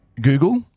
Google